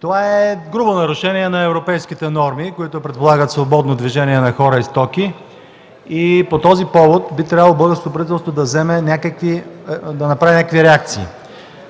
Това е грубо нарушение на европейските норми, които предполагат свободно движение на хора и стоки, и по този повод би трябвало българското правителство да направи някакви реакции.